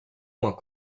moins